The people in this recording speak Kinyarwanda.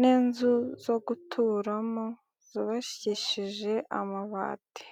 n'inzu zo guturamo zubakishije amabati.